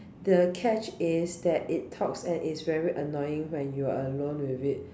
the catch is that it talks and is very annoying when you're alone with it